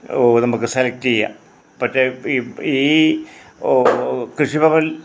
നമുക്ക് സെലക്ട് ചെയ്യാം പക്ഷേ ഈ ഈ കൃഷി ഭവൻ